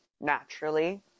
Naturally